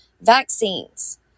vaccines